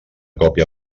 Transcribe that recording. còpia